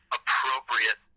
appropriate